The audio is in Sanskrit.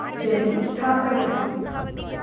जले स्थापयन्ति